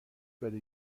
بده